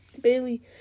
Bailey